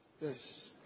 Yes